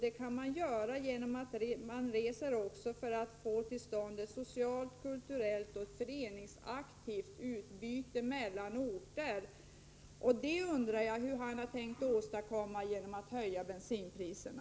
Det kan man göra genom att resa också för att få till stånd ett socialt, kulturellt och föreningsmässigt utbyte mellan orter. Jag undrar hur han har tänkt åstadkomma det genom att höja bensinpriserna.